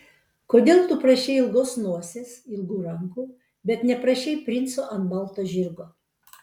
kodėl tu prašei ilgos nosies ilgų rankų bet neprašei princo ant balto žirgo